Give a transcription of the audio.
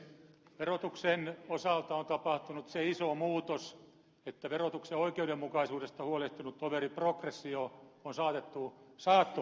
verotuksen osalta on tapahtunut se iso muutos että verotuksen oikeudenmukaisuudesta huolehtinut toveri progressio on saatettu saattohoitoon